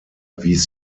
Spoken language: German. erwies